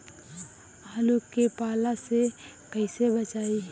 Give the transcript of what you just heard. आलु के पाला से कईसे बचाईब?